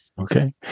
Okay